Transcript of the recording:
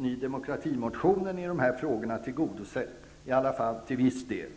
Ny demokratis motion i den här frågan tillgodosedd -- i alla fall till viss del. När